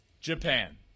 Japan